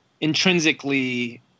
intrinsically